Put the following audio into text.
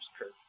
curve